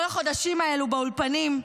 כל החודשים האלו באולפנים,